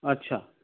আচ্ছা